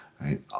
right